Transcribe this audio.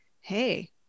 Hey